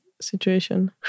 situation